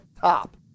top